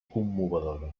commovedora